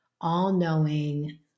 all-knowing